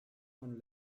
von